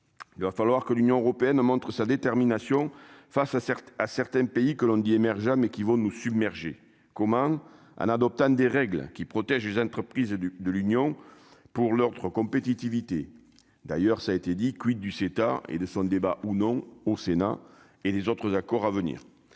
il va falloir que l'Union européenne montre sa détermination face à certains à certains pays que l'on dit émergea mais qui vont nous submerger comment en adoptant des règles qui protège les entreprises du de l'Union pour l'heure, notre compétitivité, d'ailleurs, ça a été dit quid du et de son débat ou non au Sénat et les autres accords à venir